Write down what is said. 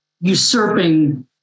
usurping